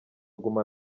guma